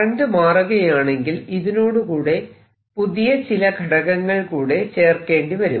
current മാറുകയാണെങ്കിൽ ഇതിനോടുകൂടെ പുതിയ ചില ഘടകങ്ങൾ കൂടെ ചേർക്കേണ്ടി വരും